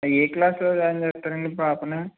ఏ క్లాసులో జాయిన్ చేస్తారండి పాపని